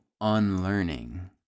unlearning